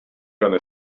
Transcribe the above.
gonna